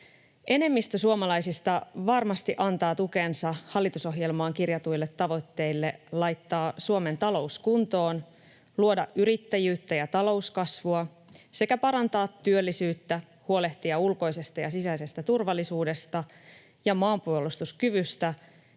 Enemmistö suomalaisista varmasti antaa tukensa hallitusohjelmaan kirjatuille tavoitteille laittaa Suomen talous kuntoon, luoda yrittäjyyttä ja talouskasvua sekä parantaa työllisyyttä, huolehtia ulkoisesta ja sisäisestä turvallisuudesta ja maanpuolustuskyvystä